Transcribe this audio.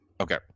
Okay